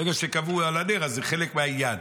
ברגע שקבעו על הנר, זה חלק מהעניין.